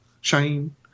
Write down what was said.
shine